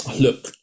Look